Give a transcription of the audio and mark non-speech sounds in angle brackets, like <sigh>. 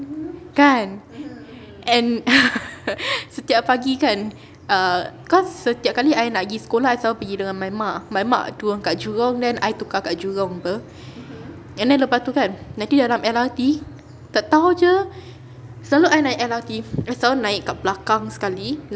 kan and <laughs> setiap pagi kan err cause setiap kali I nak gi sekolah I selalu pergi dengan my mak my mak turun kat jurong then I tukar kat jurong [pe] and then lepas tu kan nanti dalam L_R_T tau-tau jer selalu I naik L_R_T I selalu naik kat belakang sekali